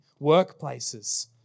workplaces